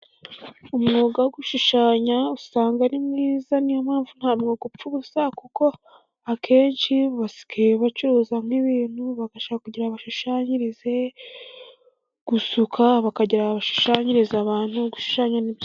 Umwuga wo gushushanya usanga ari mwiza, niyo mpamvu nta mwuga upfa ubusa, kuko akenshi basigaye bacuruzamo ibintu, bagashaka kugira bashushanyirize gusuka ,bakagira ngo bashushanyiriza abantu, gushushanya...